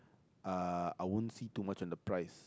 uh I won't see too much on the price